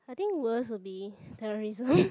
I think worst will be terrorism